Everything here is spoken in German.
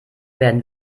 werden